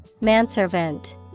Manservant